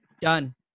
done